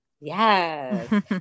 Yes